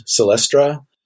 Celestra